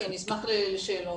אני אשמח לשאלות.